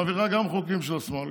מעבירה גם חוקים של השמאל,